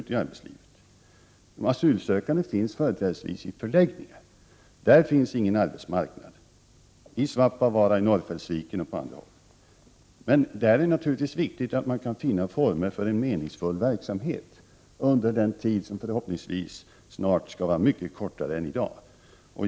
De asylsökande finns företrädesvis i förläggningar, i Svappavaara, i Norrfältsviken och på andra håll, och där finns ingen arbetsmarknad. Naturligtvis är det ändå viktigt att finna former för en meningsfull verksamhet under den tid — som förhoppningsvis snart skall bli mycket kortare än i dag — då de vistas där.